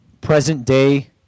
present-day